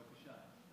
בבקשה.